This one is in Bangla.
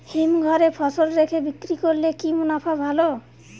হিমঘরে ফসল রেখে বিক্রি করলে কি মুনাফা ভালো?